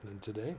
today